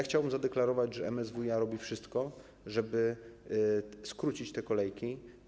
Chciałbym zadeklarować, że MSWiA robi wszystko, żeby skrócić kolejki.